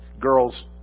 girls